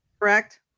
correct